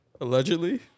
Allegedly